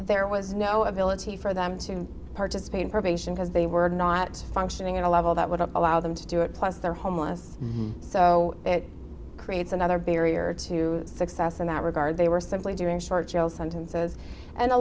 there was no ability for them to participate in probation because they were not functioning at a level that would allow them to do it plus they're homeless so it creates another barrier to success in that regard they were simply doing short jail sentences and a